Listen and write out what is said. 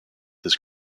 his